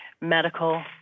medical